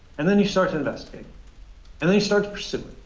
and then you start to investigate. and then you start to pursue it,